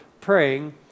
praying